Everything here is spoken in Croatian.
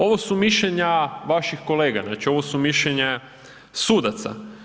Ovo su mišljenja vaših kolega, znači ovo su mišljenja sudaca.